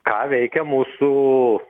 ką veikia mūsų